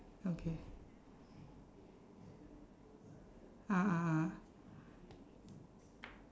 okay ah ah ah